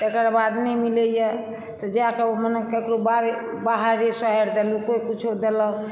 तेकर बाद नहि मिलै यऽ तऽ जाकऽ मने ककरो बहारि सुहारि देलहुँ कोई कुछो देलक